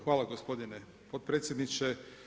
Hvala gospodine potpredsjedniče.